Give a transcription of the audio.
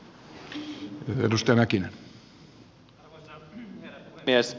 arvoisa herra puhemies